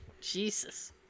Jesus